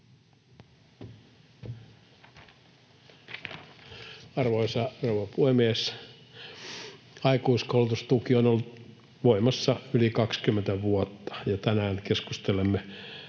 Arvoisa rouva puhemies! Aikuiskoulutustuki on ollut voimassa yli 20 vuotta, ja tänään keskustelemme